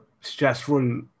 stressful